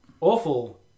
Awful